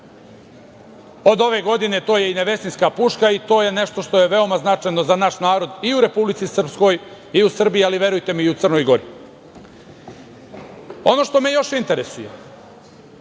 Od ove godine to je i Nevesinjska puška i to je nešto što je veoma značajno za naš narod i u Republici Srpskoj i u Srbiji, ali verujte mi i u Crnoj Gori. Ono što me još interesuje